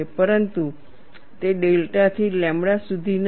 પરંતુ તે ડેલ્ટા થી લેમ્બડા સુધી નથી